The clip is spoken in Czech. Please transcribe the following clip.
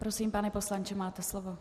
Prosím, pane poslanče, máte slovo.